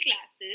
classes